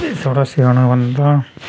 में थोह्ड़ा स्याना बंदा आं